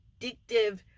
addictive